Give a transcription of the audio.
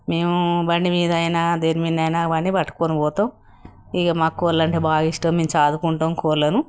మేము బండి మీదైనా దేని మీదయినా ఇవన్నీ పట్టుకొని పోతాము ఇక మా కోళ్ళంటే బాగా ఇష్టం మేము సాదుకుంటాము కోళ్ళను